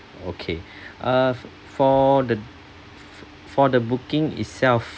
okay uh f~ for the fo~ for the booking itself